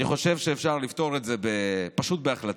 אני חושב שאפשר לפתור את זה פשוט בהחלטה.